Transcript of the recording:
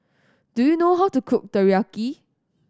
do you know how to cook Teriyaki